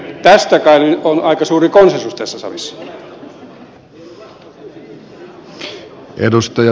tästä kai on aika suuri konsensus tässä salissa